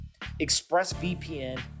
ExpressVPN